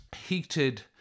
heated